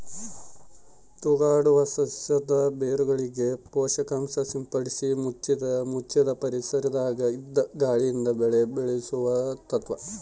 ತೂಗಾಡುವ ಸಸ್ಯದ ಬೇರುಗಳಿಗೆ ಪೋಷಕಾಂಶ ಸಿಂಪಡಿಸಿ ಮುಚ್ಚಿದ ಪರಿಸರದಾಗ ಇದ್ದು ಗಾಳಿಯಿಂದ ಬೆಳೆ ಬೆಳೆಸುವ ತತ್ವ